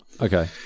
Okay